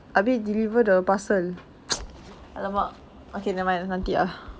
habis deliver the parcel !alamak! okay nevermind nanti ah